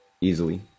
easily